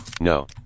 No